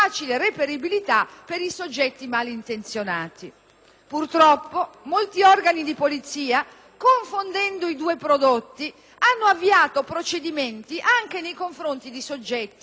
Purtroppo, molti organi di polizia, confondendo i due prodotti, hanno avviato procedimenti anche nei confronti di soggetti che commercializzano e portano il prodotto